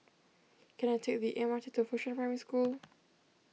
can I take the M R T to Fengshan Primary School